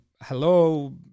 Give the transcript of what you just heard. hello